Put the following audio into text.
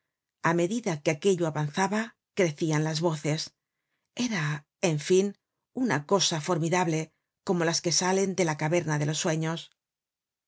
á medida que aquello avanzaba crecian las voces era en fin una cosa formidable como las que salen de la caverna de los sueños